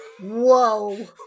Whoa